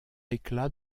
éclat